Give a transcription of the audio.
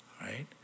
right